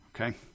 okay